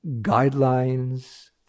guidelines